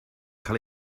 cael